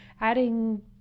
adding